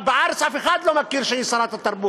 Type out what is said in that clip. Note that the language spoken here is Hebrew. בארץ אף אחד לא מכיר בכך שהיא שרת התרבות,